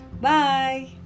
bye